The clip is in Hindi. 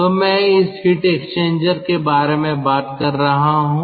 तो मैं इस हीट एक्सचेंजर के बारे में बात कर रहा हूं